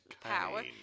power